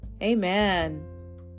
amen